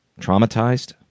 Traumatized